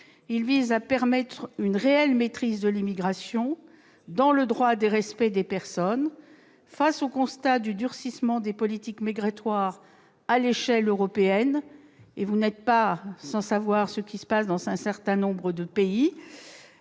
ils visent à permettre une réelle maîtrise de l'immigration, dans le respect des droits des personnes. Face au constat du durcissement des politiques migratoires à l'échelle européenne- vous n'êtes pas sans savoir ce qui se passe dans un certain nombre de pays,